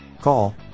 Call